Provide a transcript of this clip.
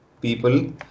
people